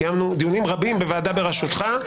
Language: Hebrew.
קיימנו דיונים בוועדה בראשותך,